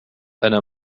أنا